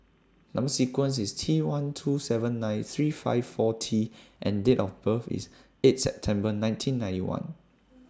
Number sequence IS T one two seven nine three five four T and Date of birth IS eight September nineteen ninety one